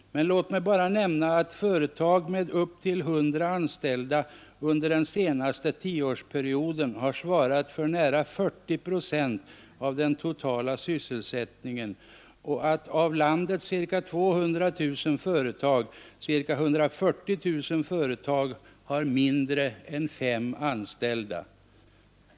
Låt mig bara nämna att företag med upp till 100 anställda under den senaste tioårsperioden har svarat för nära 40 procent av den totala sysselsättningen och att av landets ca 200 000 företag omkring 140 000 har mindre än fem anställda.